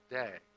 day